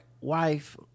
wife